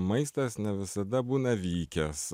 maistas ne visada būna vykęs